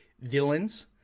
villains